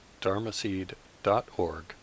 dharmaseed.org